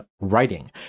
writing